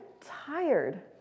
tired